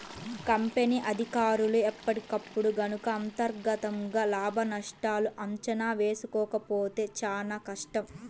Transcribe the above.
company అధికారులు ఎప్పటికప్పుడు గనక అంతర్గతంగా లాభనష్టాల అంచనా వేసుకోకపోతే చానా కష్టం